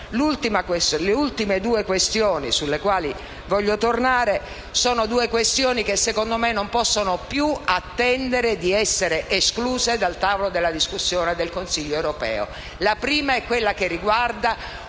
Le ultime due questioni sulle quali voglio tornare, secondo me non possono più essere escluse dal tavolo della discussione del Consiglio europeo. La prima è quella che riguarda